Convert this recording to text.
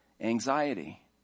anxiety